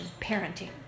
parenting